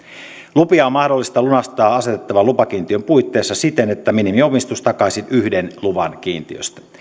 lupia on mahdollista lunastaa asetettavan lupakiintiön puitteissa siten että minimiomistus takaisi yhden luvan kiintiöstä